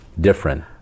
different